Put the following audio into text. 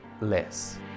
less